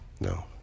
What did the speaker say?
No